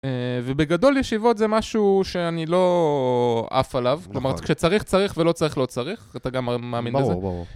ובגדול ישיבות זה משהו שאני לא עף עליו, כלומר כשצריך, צריך, ולא צריך, לא צריך, אתה גם מאמין בזה. ברור, ברור.